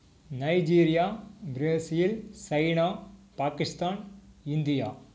Nigeria Brazil China Pakistan India